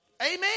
Amen